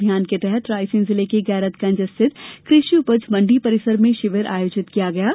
अभियान के तहत रायसेन जिले के गैरतगंज स्थित कृषि उपज मंडी परिसर में कल शिविर आयोजित किया गया है